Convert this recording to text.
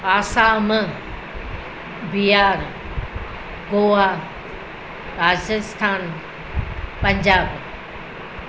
Assam Bihar Goa Rajasthan Punjab